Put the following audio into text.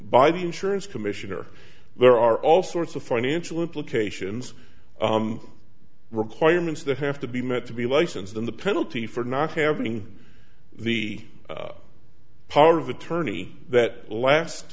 by the insurance commissioner there are all sorts of financial implications requirements that have to be met to be licensed and the penalty for not having the power of attorney that last